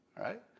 right